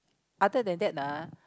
other than that ah